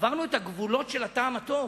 עברנו את הגבולות של הטעם הטוב.